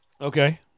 Okay